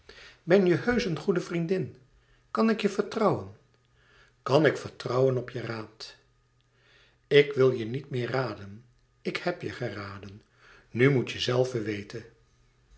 ben je heusch een goede vriendin kan ik je vertrouwen kan ik vertrouwen op je raad ik wil je niet meer raden ik heb je geraden nu moet jezelve weten